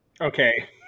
Okay